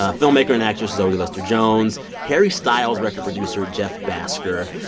ah filmmaker and actress zoe lister-jones, harry styles' record producer, jeff bhasker.